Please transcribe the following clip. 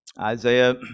Isaiah